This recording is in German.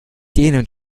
denen